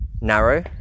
narrow